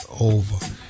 over